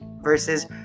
versus